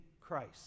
Christ